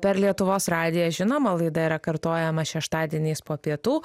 per lietuvos radiją žinoma laida yra kartojama šeštadieniais po pietų